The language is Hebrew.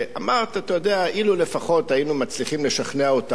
אילו לפחות היינו מצליחים לשכנע אותם להשקיע את הכסף בישראל,